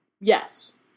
yes